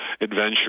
adventure